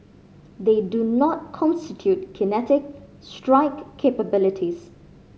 they do not constitute kinetic strike capabilities